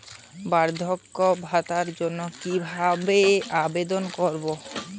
বার্ধক্য ভাতার জন্য কিভাবে আবেদন করতে হয়?